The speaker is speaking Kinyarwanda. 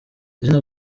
izina